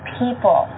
people